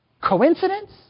Coincidence